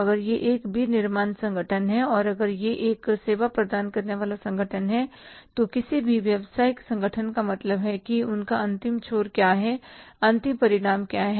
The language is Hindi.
अगर यह एक विनिर्माण संगठन है अगर यह एक सेवा प्रदान करने वाला संगठन है तो किसी भी व्यावसायिक संगठन का मतलब है कि उनका अंतिम छोर क्या है अंतिम परिणाम क्या है